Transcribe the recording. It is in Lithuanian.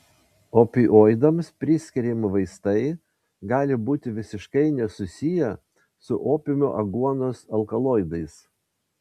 opioidams priskiriami vaistai gali būti visiškai nesusiję su opiumo aguonos alkaloidais